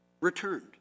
returned